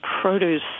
produce